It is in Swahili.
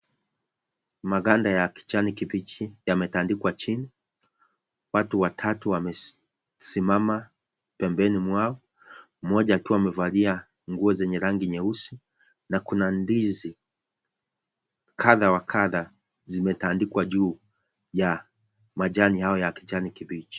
Maganda ya kijani kibichi yametandikwa chini, watu watatu wamesimama pembeni mwao, mmoja akiwa amevalia nguo zenye rangi nyeusi, na kuna ndizi kadha wa kadha zimetandikwa juu ya majani hayo ya kijani kibichi.